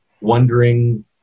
wondering